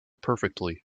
perfectly